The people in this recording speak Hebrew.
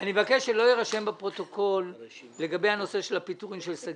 מבקש שלא יירשם בפרוטוקול לגבי הנושא של הפיטורים של שגית.